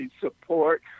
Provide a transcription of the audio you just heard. support